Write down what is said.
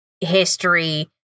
history